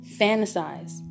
fantasize